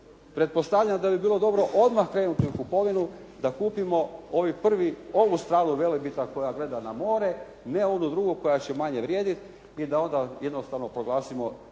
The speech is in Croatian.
pretpostavljam da bi bilo dobro odmah krenuti u kupovinu da kupimo ovu stranu Velebita koja gleda na more, ne onu drugu koja će manje vrijediti i da onda jednostavno proglasimo